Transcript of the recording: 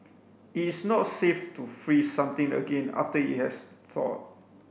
it's not safe to freeze something again after it has thawed